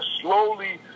slowly